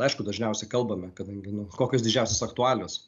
aišku dažniausiai kalbame kadangi nu kokios didžiausios aktualios